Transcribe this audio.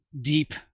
deep